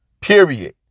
Period